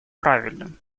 правильным